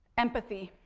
empathy.